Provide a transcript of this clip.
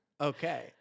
Okay